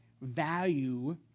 value